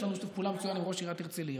יש לנו שיתוף פעולה מצוין עם ראש עיריית הרצליה,